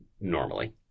normally